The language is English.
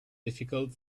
difficult